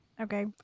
Okay